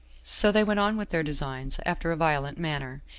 so they went on with their designs after a violent manner,